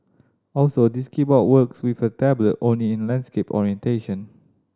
also this keyboard works with the tablet only in landscape orientation